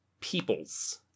peoples